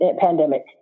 pandemic